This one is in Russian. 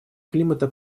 климата